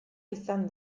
izan